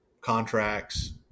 contracts